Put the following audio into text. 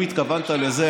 אם התכוונת לזה,